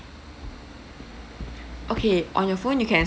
okay on your phone you can